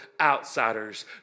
outsiders